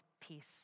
peace